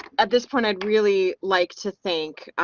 at this point, i'd really like to thank